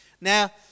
Now